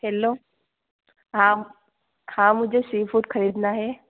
hello हाँ हाँ मुझे सी फूड खरीदना है